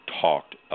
talked